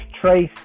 trace